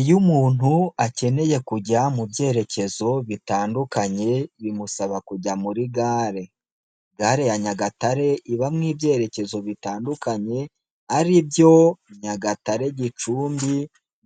Iyo umuntu akeneye kujya mu byerekezo bitandukanye bimusaba kujya muri gare. Gare ya Nyagatare ibamo ibyerekezo bitandukanye ari byo: Nyagatare-Gicumbi,